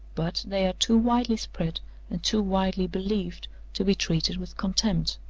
but they are too widely spread and too widely believed to be treated with contempt.